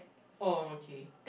oh okay